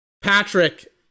Patrick